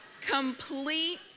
Complete